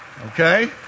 Okay